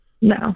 No